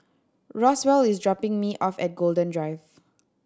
Roswell is dropping me off at Golden Drive